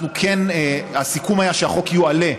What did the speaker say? הסיכום היה שהחוק יועלה,